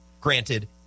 Granted